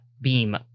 beam